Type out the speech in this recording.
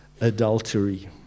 adultery